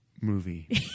Movie